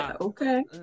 Okay